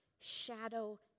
shadow